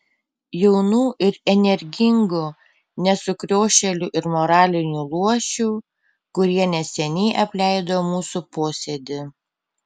jaunų ir energingų ne sukriošėlių ir moralinių luošių kurie neseniai apleido mūsų posėdį